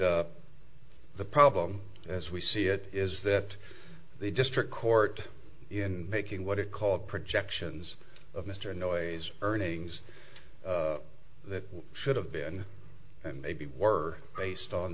the problem as we see it is that the district court in making what it called projections of mr noyes earnings that should have been and maybe were based on